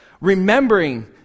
remembering